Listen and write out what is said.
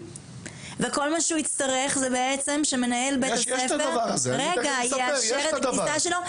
וכל מה שהוא יצטרך זה בעצם שמנהל בית הספר יאשר את הכניסה שלו.